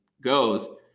goes